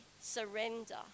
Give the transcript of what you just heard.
surrender